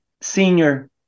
Senior